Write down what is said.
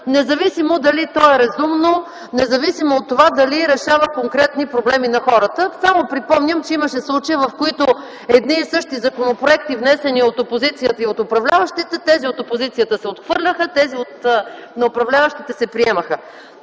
независимо, дали то е разумно, независимо дали решава конкретни проблеми на хората. Само припомням, че имаше случаи, в които едни и същи законопроекти, внесени от опозицията и от управляващите, тези от опозицията – се отхвърляха, а тези на управляващите – се приемаха.